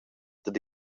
dad